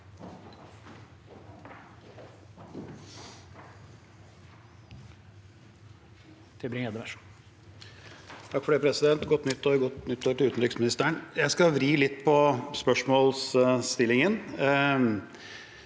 Godt nyttår, president, og godt nyttår til utenriksministeren. Jeg skal vri litt på spørsmålsstillingen.